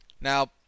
Now